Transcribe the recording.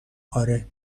آره